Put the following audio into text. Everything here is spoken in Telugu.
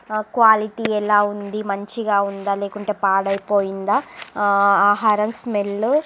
క్వాలిటీ ఎలా ఉంది మంచిగా ఉందా లేకుంటే పాడైపోయిందా ఆహారం స్మెల్